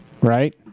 right